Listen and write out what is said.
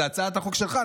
זו הצעת החוק שלך,